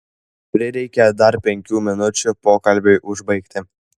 prireikė dar penkių minučių pokalbiui užbaigti